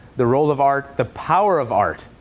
the role of art, the power of art,